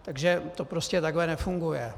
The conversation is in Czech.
Takže to prostě takhle nefunguje.